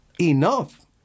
enough